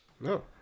No